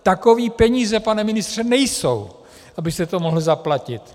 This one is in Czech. Takové peníze, pane ministře, nejsou, abyste to mohl zaplatit.